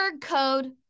Code